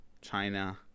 China